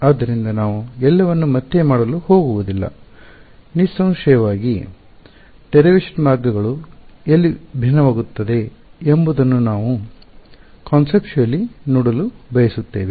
ಆದ್ದರಿಂದ ನಾವು ಎಲ್ಲವನ್ನೂ ಮತ್ತೆ ಮಾಡಲು ಹೋಗುವುದಿಲ್ಲ ನಿಸ್ಸಂಶಯವಾಗಿ ವ್ಯುತ್ಪನ್ನದಲ್ಲಿ ಡೆರೆವೆಷನ್ ಮಾರ್ಗಗಳು ಎಲ್ಲಿ ಭಿನ್ನವಾಗುತ್ತವೆ ಎಂಬುದನ್ನು ನಾವು ಪರಿಕಲ್ಪನಾತ್ಮಕವಾಗಿ ಕಾನ್ಸೆಪ್ಟು ಯಲಿ ನೋಡಲು ಬಯಸುತ್ತೇವೆ